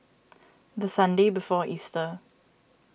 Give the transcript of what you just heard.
the Sunday before Easter